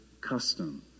custom